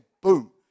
boom